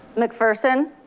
mcpherson.